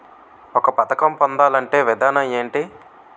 ఒక పథకం పొందాలంటే విధానం ఏంటి?